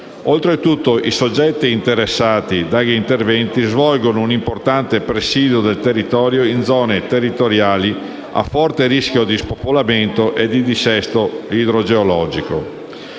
Oltretutto, i soggetti interessati dagli interventi svolgono un importante presidio del territorio in zone territoriali a forte rischio di spopolamento e di dissesto idrogeologico.